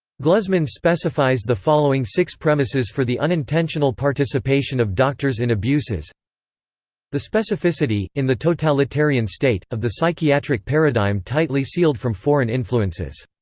gluzman specifies the following six premises for the unintentional participation of doctors in abuses the specificity, in the totalitarian state, of the psychiatric paradigm tightly sealed from foreign influences.